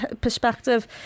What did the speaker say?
perspective